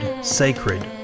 sacred